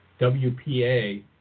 WPA